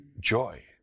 joy